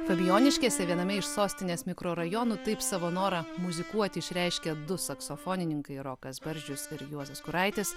fabijoniškėse viename iš sostinės mikrorajonų taip savo norą muzikuoti išreiškia du saksofonininkai rokas barzdžius ir juozas kuraitis